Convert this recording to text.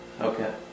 Okay